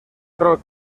rol